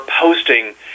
posting